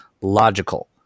logical